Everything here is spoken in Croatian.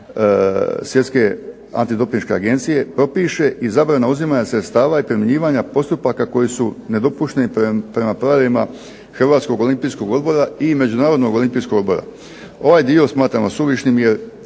Svjetske antidopinške agencije propiše i zabrana uzimanja sredstava i primjenjivanja postupaka koji su nedopušteni prema pravilima Hrvatskog olimpijskog odbora i Međunarodnog olimpijskog odbora. Ovaj dio smatramo suvišnim i